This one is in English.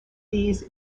these